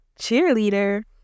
cheerleader